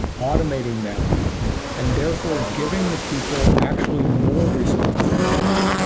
automating them and therefore giving the people actually more responsibility.